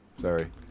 Sorry